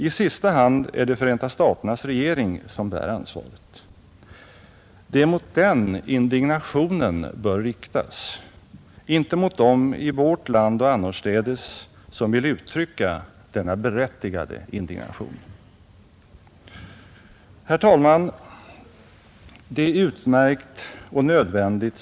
I sista hand är det Förenta staternas regering som bär ansvaret, Det är mot den som indignationen bör riktas, inte mot dem i vårt land och annorstädes som vill uttrycka denna berättigade indignation. Herr talman!